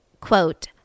quote